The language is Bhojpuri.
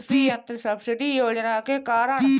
कृषि यंत्र सब्सिडी योजना के कारण?